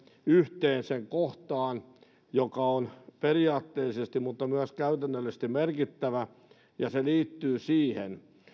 yhteen sen kohtaan joka on periaatteellisesti mutta myös käytännöllisesti merkittävä se liittyy siihen